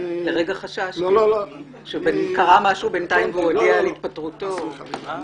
לרגע חששתי שקרה משהו בינתיים והוא הודיע על התפטרותו -- חס וחלילה.